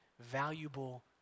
valuable